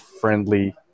friendly